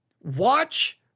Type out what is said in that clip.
Watch